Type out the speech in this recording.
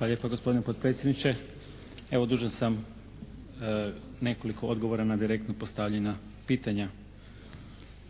lijepa gospodine potpredsjedniče. Evo, dužan sam nekoliko odgovora na direktno postavljena pitanja.